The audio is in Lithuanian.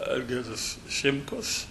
algirdas šimkus